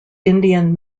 indian